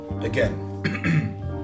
again